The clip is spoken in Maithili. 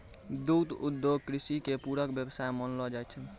दुग्ध उद्योग कृषि के पूरक व्यवसाय मानलो जाय छै